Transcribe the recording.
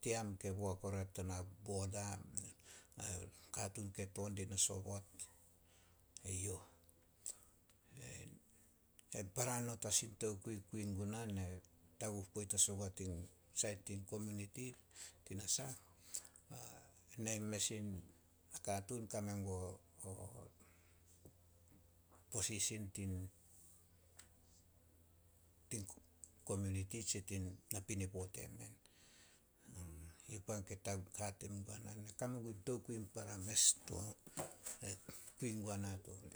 Team ke boak oria tana boda ao katuun ke to dina sobot, eyouh. Ai para not as in tokui kui guna. Nai taguh poit as ogua tin sait tin kominiti tinasah, nai mes in nakatuun kame guo posisin tin kominiti tsi tin napinipo temen. Yi pan ke hate men guana ne kame gun tokui in para mes to.